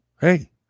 Hey